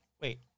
Wait